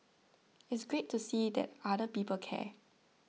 it's great to see that other people care